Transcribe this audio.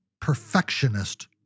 perfectionist